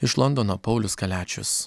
iš londono paulius kaliačius